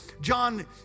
John